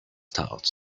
thoughts